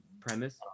premise